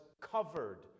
covered